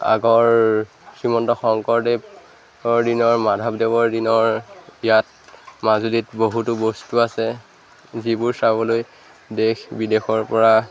আগৰ শ্ৰীমন্ত শংকৰদেৱৰ দিনৰ মাধৱদেৱৰ দিনৰ ইয়াত মাজুলীত বহুতো বস্তু আছে যিবোৰ চাবলৈ দেশ বিদেশৰ পৰা